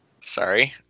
sorry